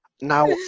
now